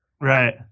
Right